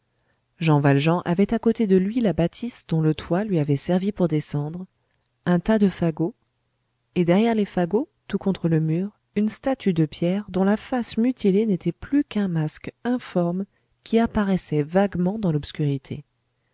jean valjean avait à côté de lui la bâtisse dont le toit lui avait servi pour descendre un tas de fagots et derrière les fagots tout contre le mur une statue de pierre dont la face mutilée n'était plus qu'un masque informe qui apparaissait vaguement dans l'obscurité